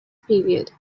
period